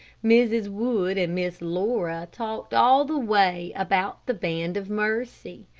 mrs. wood and miss laura talked all the way about the band of mercy.